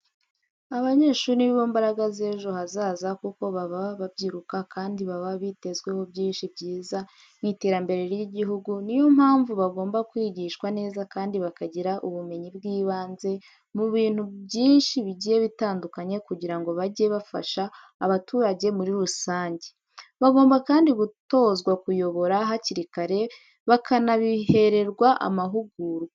Abanyeshuri ni bo mbaraga z'ejo hazaza kuko baba babyiruka kandi baba bitezweho byinshi byiza mu iterambere ry'igihugu niyo mpamvu bagomba kwigishwa neza kandi bakagira ubumenyi bw'ibanze mu bintu byinshi bigiye bitandukanye kugirango bajye bafasha abaturage muri rusange. Bagomba kandi gutozwa kuyobora hakiri kare bakanabihererwa amahugurwa.